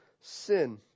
sin